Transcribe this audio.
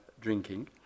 drinking